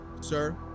Sir